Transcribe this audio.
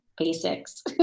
basics